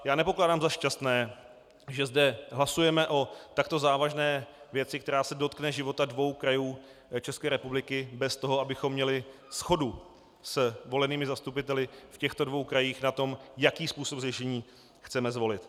A já nepokládám za šťastné, že zde hlasujeme o takto závažné věci, která se dotkne života dvou krajů České republiky, bez toho, abychom měli shodu s volenými zastupiteli v těchto dvou krajích na tom, jaký způsob řešení chceme zvolit.